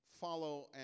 follow